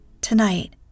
Tonight